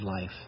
life